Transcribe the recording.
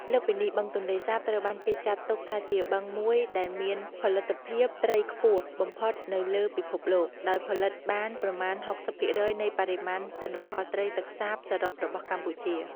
លើសពីនេះ បឹងទន្លេសាបត្រូវបានគេចាត់ទុកថាជាបឹងមួយដែលមានផលិតភាពត្រីខ្ពស់បំផុតនៅលើពិភពលោក ដោយផលិតបានប្រមាណ ៦០% នៃបរិមាណទិន្នផលត្រីទឹកសាបសរុបរបស់កម្ពុជា។